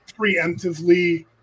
preemptively